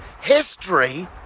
history